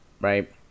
Right